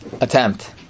attempt